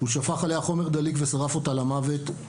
הוא שפך עליה חומר דליק ושרף אותה למוות.